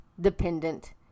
dependent